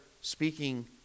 speaking